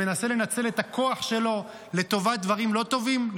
שמנסה לנצל את הכוח שלו לטובת דברים לא טובים?